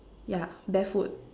yeah barefoot